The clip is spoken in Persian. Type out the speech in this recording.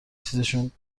چیزشون